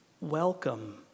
welcome